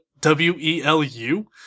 w-e-l-u